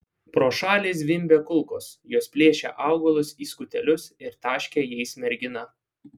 pro šalį zvimbė kulkos jos plėšė augalus į skutelius ir taškė jais merginą